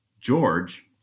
George